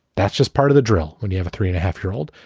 that's just part of the drill. when you have a three and a half year old,